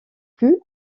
plus